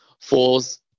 falls